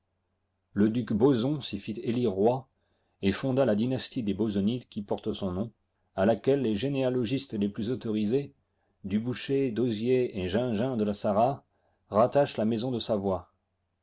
le duc boson s'y fit élire roi et fonda la dynastie des bosonidcs qui porte son nom à laquelle les généalogistes les plus autorisés du bouchot d'hozier et gingins de la sarraz rattachent la maison de savoie